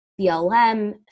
BLM